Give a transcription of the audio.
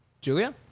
Julia